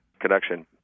connection